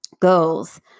goals